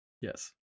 Yes